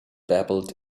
babbled